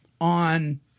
on –